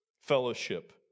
fellowship